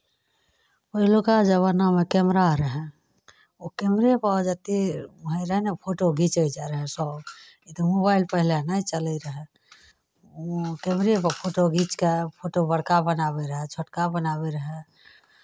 पहिलुक्का जमानामे कैमरा रहए ओ कैमरेपर जतेक होइत रहए ने फोटो घीचै जाइ रहए सभ तऽ मोबाइल पहिले नहि चलै रहए कैमरेपर फोटो घीच कऽ फोटो बड़का बनाबै रहए छोटका बनाबै रहए